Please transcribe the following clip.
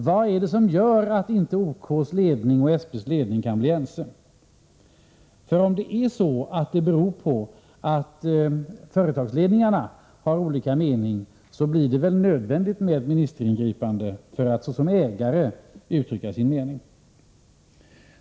Vad är det som gör att inte OK:s ledning och SP:s ledning kan bli ense? Om det beror på att företagsledningarna har olika meningar, blir det väl nödvändigt med ministeringripande för att staten såsom ägare skall kunna uttrycka sin mening.